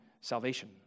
salvation